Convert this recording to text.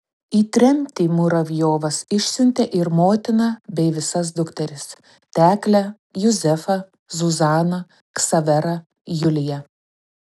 į tremtį muravjovas išsiuntė ir motiną bei visos dukteris teklę juzefą zuzaną ksaverą juliją